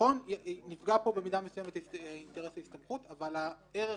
כשנפגע בו במדיה מסוימת אינטרס ההסתמכות, אבל הערך